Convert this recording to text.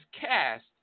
cast